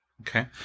Okay